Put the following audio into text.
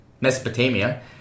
Mesopotamia